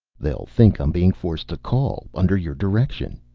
they'll think i'm being forced to call. under your direction.